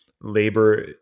labor